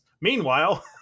Meanwhile